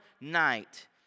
night